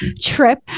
trip